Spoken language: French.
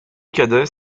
cadets